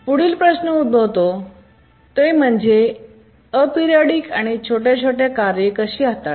पुढील प्रश्न उद्भवतो ते म्हणजे एपिडिओडिक आणि छोट्या छोट्या कार्ये कशी हाताळायची